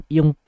Yung